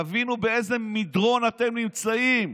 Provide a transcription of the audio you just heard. תבינו באיזה מדרון אתם נמצאים.